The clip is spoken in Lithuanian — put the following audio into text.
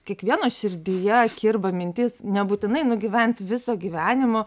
kiekvieno širdyje kirba mintis nebūtinai nugyvent viso gyvenimo